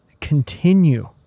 continue